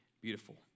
beautiful